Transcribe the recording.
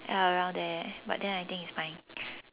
ya around there but then I think it's fine